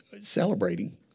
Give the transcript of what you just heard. celebrating